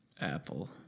Apple